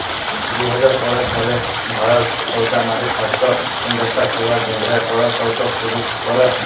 দু হাজার পলের সালে ভারত সরকার মাটির স্বাস্থ্য দ্যাখাশলার জ্যনহে পরকল্প শুরু ক্যরে